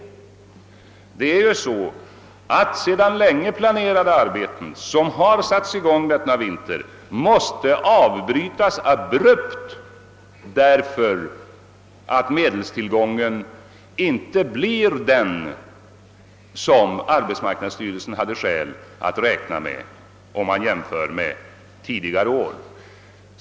Sedan länge pla nerade arbeten, som satts i gång under denna vinter, måste nu abrupt avbrytas, därför att medelstillgången inte blir den som arbetsmarknadsstyrelsen hade skäl att räkna med.